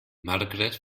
margret